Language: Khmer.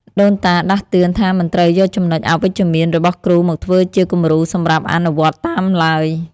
ដូនតាដាស់តឿនថាមិនត្រូវយកចំណុចអវិជ្ជមានរបស់គ្រូមកធ្វើជាគំរូសម្រាប់អនុវត្តតាមឡើយ។